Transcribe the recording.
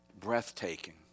breathtaking